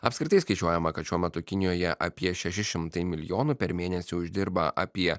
apskritai skaičiuojama kad šiuo metu kinijoje apie šeši šimtai milijonų per mėnesį uždirba apie